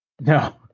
No